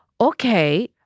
Okay